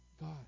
God